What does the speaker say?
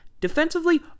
Defensively